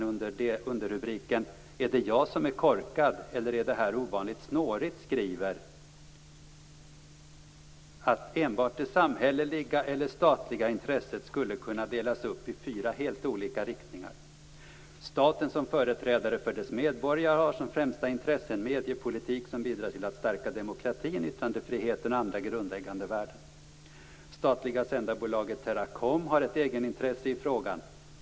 Under rubriken Är det jag som är korkad eller är det här ovanligt snårigt säger han: "Enbart det samhälleliga - eller statliga - intresset skulle kunna delas upp i fyra helt olika riktningar: Staten som företrädare för dess medborgare har som främsta intresse en mediepolitik som bidrar till att stärka demokratin, yttrandefriheten och andra grundläggande värden. Statliga sändarbolaget Teracom har ett egenintresse i frågan.